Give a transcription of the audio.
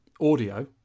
audio